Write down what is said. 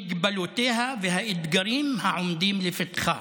מגבלותיה והאתגרים העומדים לפתחה.